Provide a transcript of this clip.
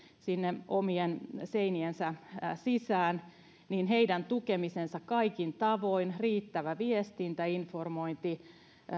sinne omien seiniensä sisään tukeminen kaikin tavoin riittävä viestintä ja informointi